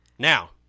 Now